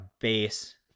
base